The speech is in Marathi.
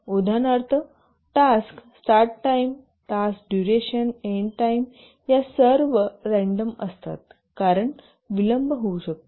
उदाहरणार्थटास्क start time task duration and time या सर्व रँडम असतात कारण विलंब होऊ शकतो